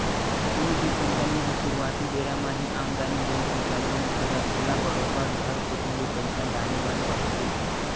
कोनो भी कंपनी ह सुरुवाती बेरा म ही आमदानी देय के चालू नइ करय ओला बरोबर घर कोती ले पइसा डाले बर परथे